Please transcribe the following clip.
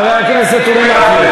חבר הכנסת אורי מקלב.